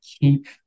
keep